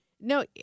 No